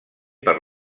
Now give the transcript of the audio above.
per